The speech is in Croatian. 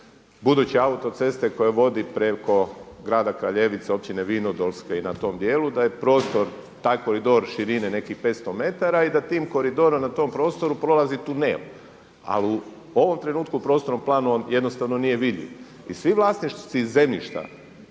buduće autoceste koja vodi preko grada Kraljevice općine Vinodolske i na tom dijelu, da je prostor taj koridor širine nekih 500 m i da tim koridorom na tom prostoru prolazi tunel. A u ovom trenutku u prostornom planu on jednostavno nije vidljiv. I svi vlasnici zemljišta